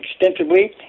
extensively